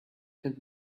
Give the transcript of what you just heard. had